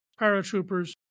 paratroopers